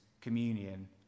communion